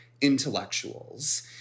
intellectuals